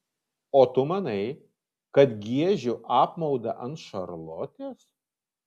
o tu manai kad giežiu apmaudą ant šarlotės